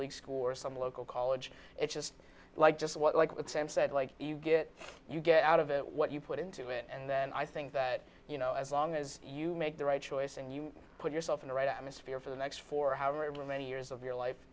league school or some local college it's just like just what like what sam said like you get you get out of it what you put into it and then i think that you know as long as you make the right choice and you put yourself in the right atmosphere for the next for however many years of your life